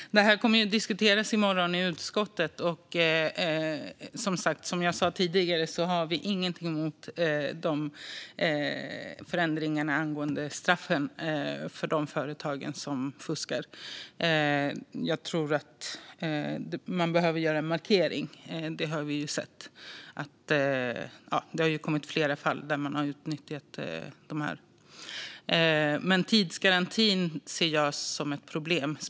Fru talman! Det här kommer att diskuteras i morgon i utskottet. Som jag sa tidigare har vi ingenting emot förändringarna angående straffen för de företag som fuskar. Jag tror att man behöver göra en markering. Vi har ju sett att det kommit flera fall där man har utnyttjat detta. Tidsgarantin ser jag dock som ett problem.